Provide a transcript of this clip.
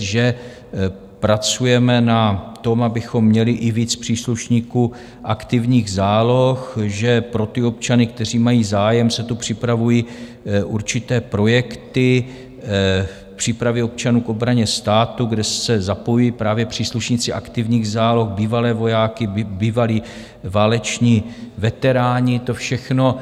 Že pracujeme na tom, abychom měli i víc příslušníků aktivních záloh, že pro občany, kteří mají zájem, se tu připravují určité projekty v přípravě občanů k obraně státu, kde se zapojují právě příslušníci aktivních záloh, bývalí vojáci, bývalí váleční veteráni, to všechno